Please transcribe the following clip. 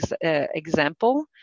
example